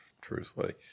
truthfully